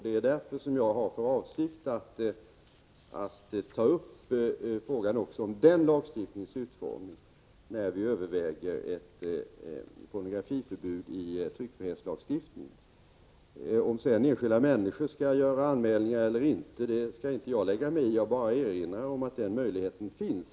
Det är därför som jag har för avsikt att ta upp frågan också om den lagstiftningens utformning när vi överväger ett pornografiförbud i tryckfrihetslagstiftningen. Om sedan enskilda människor skall anmäla eller inte vill jag inte lägga mig i. Jag bara erinrar om att den möjligheten finns.